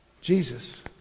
Jesus